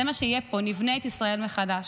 זה מה שיהיה פה, נבנה את ישראל מחדש.